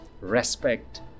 respect